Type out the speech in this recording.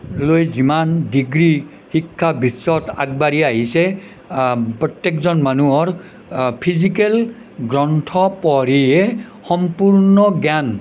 লৈ যিমান ডিগ্ৰী শিক্ষা বিশ্বত আগবাঢ়ি আহিছে প্ৰত্য়েকজন মানুহৰ ফিজিকেল গ্ৰন্থ পঢ়িহে সম্পূৰ্ণ জ্ঞান